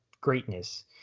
greatness